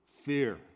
fear